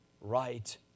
right